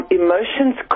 emotions